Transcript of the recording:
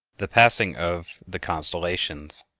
the passing of the constellations